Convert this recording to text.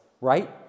right